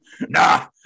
Nah